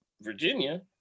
Virginia